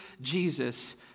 Jesus